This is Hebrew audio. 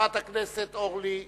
חברת הכנסת אורלי אבקסיס.